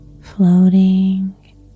floating